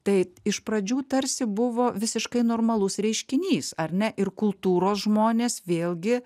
tai iš pradžių tarsi buvo visiškai normalus reiškinys ar ne ir kultūros žmonės vėlgi